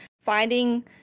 finding